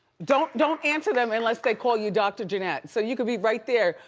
don't don't answer them unless they call you dr. janette, so you can be right there,